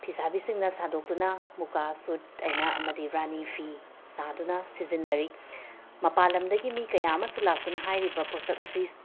ꯐꯤꯁꯥꯕꯤꯁꯤꯡꯅ ꯁꯥꯗꯣꯛꯇꯨꯅ ꯃꯨꯀꯥ ꯁꯨꯠ ꯑꯩꯅ ꯑꯃꯗꯤ ꯔꯥꯅꯤ ꯐꯤ ꯁꯥꯗꯨꯅ ꯁꯤꯖꯤꯟꯅꯔꯤ ꯃꯄꯥꯟ ꯂꯝꯗꯒꯤ ꯃꯤ ꯀꯌꯥ ꯑꯃꯁꯨ ꯂꯥꯛꯇꯨꯅ ꯍꯥꯏꯔꯤꯕ ꯄꯣꯠꯁꯛ ꯑꯁꯤ